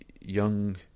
young